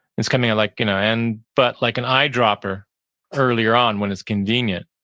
it's coming like you know and but like an eyedropper earlier on when it's convenient